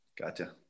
Gotcha